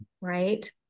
right